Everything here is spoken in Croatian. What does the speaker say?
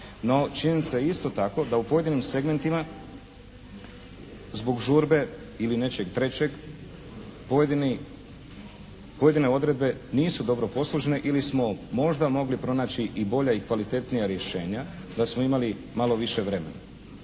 No činjenica je isto tako da u pojedinim segmentima zbog žurbe ili nečeg trećeg pojedine odredbe nisu dobro posložene ili smo možda mogli pronaći i bolja i kvalitetnija rješenja da smo imali malo više vremena.